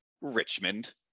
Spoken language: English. Richmond